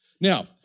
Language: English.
Now